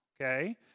Okay